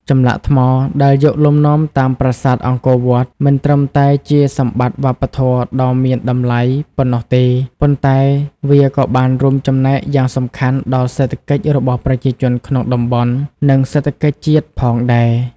ចម្លាក់ថ្មដែលយកលំនាំតាមប្រាសាទអង្គរវត្ត មិនត្រឹមតែជាសម្បត្តិវប្បធម៌ដ៏មានតម្លៃប៉ុណ្ណោះទេ ប៉ុន្តែវាក៏បានរួមចំណែកយ៉ាងសំខាន់ដល់សេដ្ឋកិច្ចរបស់ប្រជាជនក្នុងតំបន់ និងសេដ្ឋកិច្ចជាតិផងដែរ។